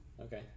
Okay